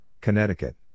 Connecticut